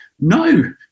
no